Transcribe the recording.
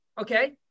okay